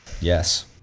Yes